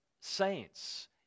saints